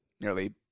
nearly